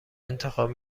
انتخاب